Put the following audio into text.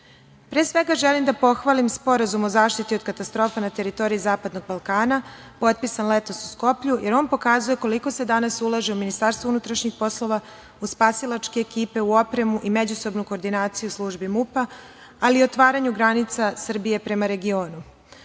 svega, želim da pohvalim Sporazum o zaštiti od katastrofa na teritoriji zapadnog Balkana potpisan letos u Skoplju, jer on pokazuje koliko se danas ulaže Ministarstvo unutrašnjih poslova, u spasilačke ekipe, u opremu i međusobnu koordinaciju službi MUP-a, ali i otvaranje granica Srbije prema regionu. Ovaj